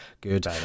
good